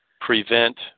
prevent